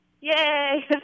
Yay